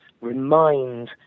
remind